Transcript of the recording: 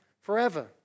forever